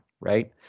right